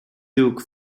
duke